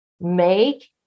make